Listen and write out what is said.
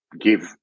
give